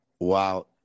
Wow